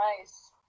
Nice